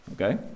Okay